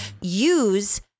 use